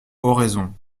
oraison